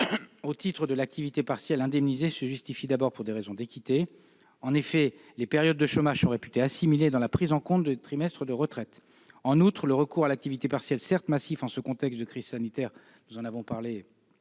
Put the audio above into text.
au titre de l'activité partielle indemnisée se justifie d'abord pour des raisons d'équité. En effet, les périodes de chômage sont réputées assimilées dans la prise en compte des trimestres de retraite. En outre, le recours à l'activité partielle, certes massif en ce contexte de crise sanitaire- nous en avons parlé longuement